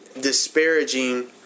disparaging